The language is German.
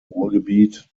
ruhrgebiet